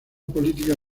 política